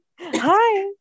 hi